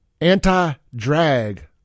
Anti-drag